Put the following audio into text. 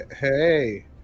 hey